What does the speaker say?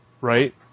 right